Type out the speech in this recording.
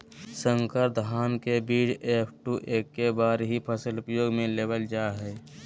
संकर धान के बीज एफ.टू एक्के बार ही फसल उपयोग में लेवल जा हइ